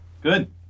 Good